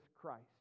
Christ